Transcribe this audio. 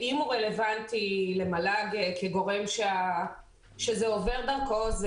אם הוא רלוונטי למל"ג כגורם שזה עובר דרכו,